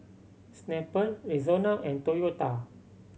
Snapple Rexona and Toyota